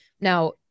Now